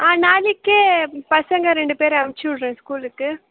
ஆ நாளைக்கே பசங்கள் ரெண்டு பேரை அனுப்பிச்சி விடுகிறேன் ஸ்கூலுக்கு